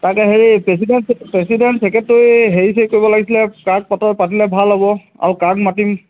তাকে হেৰি president president secretary হেৰি ঠিক কৰিব লাগিছিলে কাক পতৰ পাতিলে ভাল হ'ব আৰু কাক মাতিম